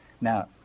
Now